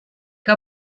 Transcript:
que